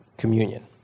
communion